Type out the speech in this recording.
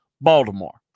Baltimore